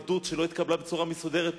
עדות שלא התקבלה בצורה מסודרת,